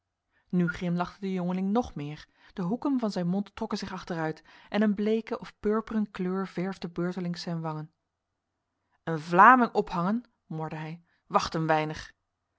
nu grimlachte de jongeling nog meer de hoeken van zijn mond trokken zich achteruit en een bleke of purperen kleur verfde beurtelings zijn wangen een vlaming ophangen morde hij wacht een weinig